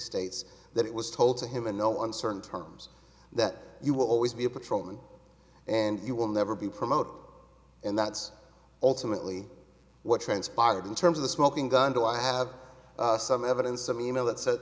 states that it was told to him in no uncertain terms that you will always be a patrolman and you will never be promoted and that's ultimately what transpired in terms of the smoking gun do i have some evidence some e mail